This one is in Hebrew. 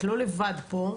את לא לבד פה,